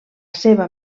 seva